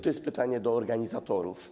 To jest pytanie do organizatorów.